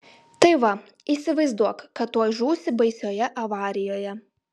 tai va įsivaizduok kad tuoj žūsi baisioje avarijoje